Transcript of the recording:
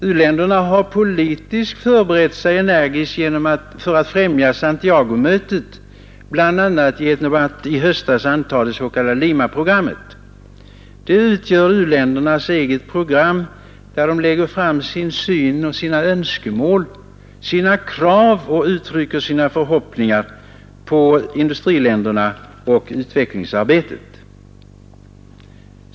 U-länderna har politiskt förberett sig energiskt för att främja Santiagomötet, bl.a. genom att i höstas antaga det s.k. Limaprogrammet Detta utgör u-ländernas eget program där de lägger fram sin syn, sina önskemål och sina krav och uttrycker sina förhoppningar på industriländerna och utvecklingsarbetet.